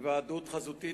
(היוועדות חזותית,